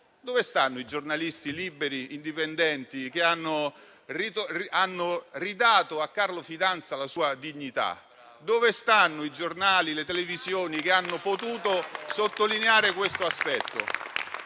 Dove stanno i giornalisti liberi e indipendenti, che hanno ridato a Carlo Fidanza la sua dignità? Dove stanno i giornali e le televisioni che hanno potuto sottolineare questo aspetto?